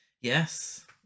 yes